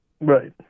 Right